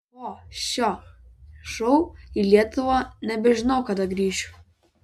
po šio šou į lietuvą nebežinau kada grįšiu